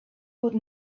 would